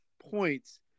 points